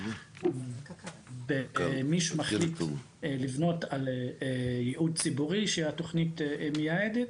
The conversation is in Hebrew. ומישהו מחליט לבנות על ייעוד ציבורי שהתוכנית מייעדת,